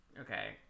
okay